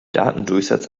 datendurchsatz